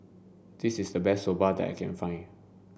this is the best Soba that I can find